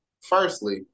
Firstly